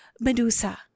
Medusa